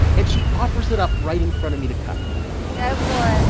and she offers it up right in front of me to cut go for it.